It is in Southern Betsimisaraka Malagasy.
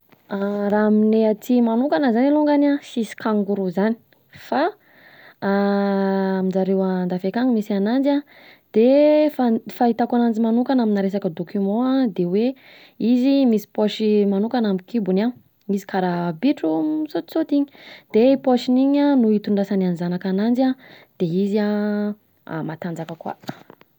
Raha aminay aty manokana zany alongany an, sisy kangourou zany, fa aminjareo andafy akany misy ananjy an, de fahitako ananjy manokana aminà resaka document an de hoe izy misy poche manokana amin’ny kibony an, izy karaha bitro misaotisaoty iny, de poche iny no itondrasany an’ny zanaka ananjy an, de izy an matanjaka koa.